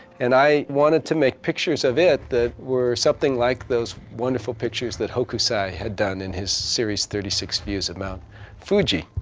and i wanted to make pictures of it that were something like those wonderful pictures that hokusai had done in his series, thirty six views of mount fuji.